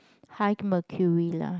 high mercury lah